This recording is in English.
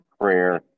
prayer